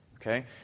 okay